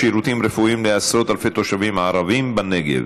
שירותים רפואיים לעשרות אלפי תושבים ערבים בנגב.